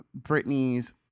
Britney's